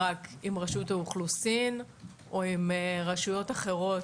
רק עם רשות האוכלוסין או עם רשויות אחרות.